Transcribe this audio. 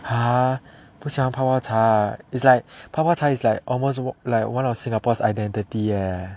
!huh! 不喜欢泡泡茶 it's like 泡泡茶 is like almost like one of singapore's identity leh